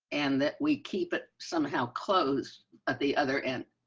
and that we keep it somehow close at the other end.